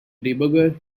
debugger